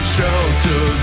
Shelter